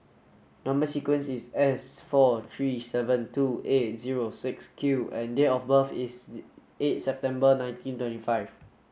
number sequence is S four three seven two eight zero six Q and date of birth is eight September nineteen twenty five